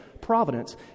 providence